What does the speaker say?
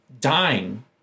dying